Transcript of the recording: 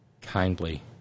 kindly